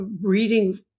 Reading